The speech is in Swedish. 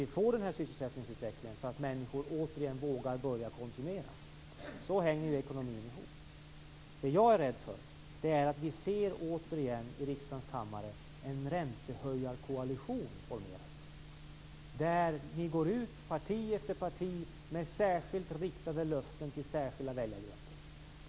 Då får vi en sysselsättningsutveckling som gör att människor återigen vågar börja konsumera. Så hänger ekonomin ihop. Det jag är rädd för är att vi återigen i riksdagens kammare kan se en räntehöjarkoalition formera sig. Parti efter parti går ut med särskilt riktade löften till särskilda väljargrupper.